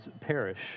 perish